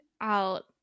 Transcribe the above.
out